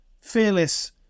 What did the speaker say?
fearless